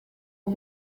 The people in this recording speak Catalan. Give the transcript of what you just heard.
amb